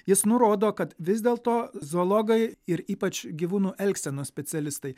jis nurodo kad vis dėlto zoologai ir ypač gyvūnų elgsenos specialistai